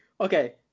Okay